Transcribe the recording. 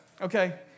Okay